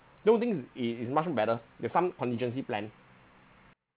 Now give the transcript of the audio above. don't you think it it's much more better with some contingency plan